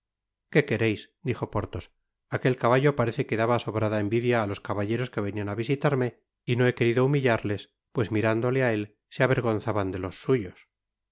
que quereis dijo porthos aquel caballo parece que daba sobrada envidia á los caballeros que venian á visitarme y no he querido humillarles pues mirándole áél se avergonzaban de los suyos